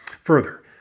Further